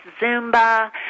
Zumba